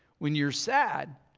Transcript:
when you're sad,